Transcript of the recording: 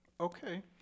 Okay